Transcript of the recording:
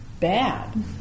bad